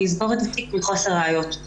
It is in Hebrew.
לסגור את התיק מחוסר ראיות.